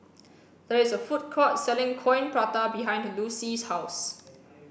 there is a food court selling coin prata behind Lucy's house